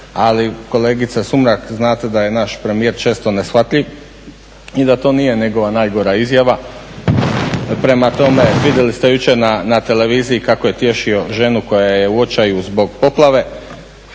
ali kolegice Sumrak znate da je naš premijer često neshvatljiv i da to nije njegova najgora izjava. Prema tome, vidjeli ste jučer na televiziji kako je tješio ženu koja je u očaju zbog poplave,